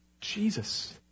Jesus